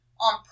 on